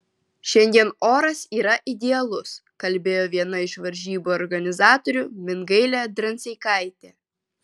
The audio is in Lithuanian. šiandien oras yra idealus kalbėjo viena iš varžybų organizatorių mingailė dranseikaitė